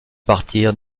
partir